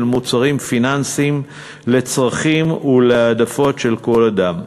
מוצרים פיננסיים לצרכים ולהעדפות של כל אדם.